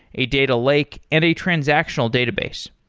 a data lake and a transactional database,